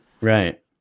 right